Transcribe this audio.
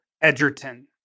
Edgerton